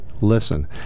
listen